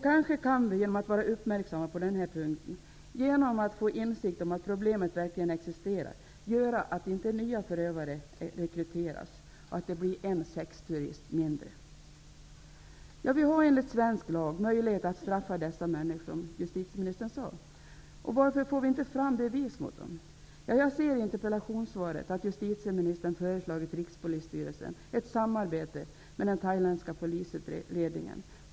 Kanske kan vi genom att vara uppmärksamma på denna punkt, genom att få insikt om att problemet verkligen existerar, göra att inte nya förövare rekryteras -- att det blir en sexturist mindre. Vi har enligt svensk lag möjligheter att straffa dessa människor, som justitieministern sade. Varför får vi inte fram bevis mot dem? Jag ser i interpellationssvaret att justitieministern föreslagit Rikspolisstyrelsen ett samarbete med den thailändska polisledningen.